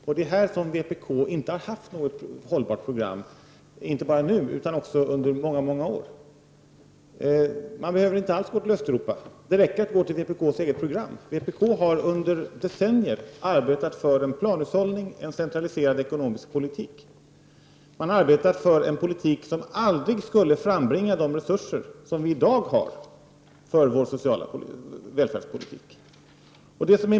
Vpk har inte haft något hållbart program, inte nu och inte under många år. Man behöver inte alls gå till Östeuropa. Det räcker att man tittar på vpk:s eget program. Vpk har under decennier arbetat för en planhushållning, en centraliserad ekonomisk politik. Man har arbetat för en politik som aldrig skulle frambringa de resurser som vi i dag har för vår sociala välfärdspolitik.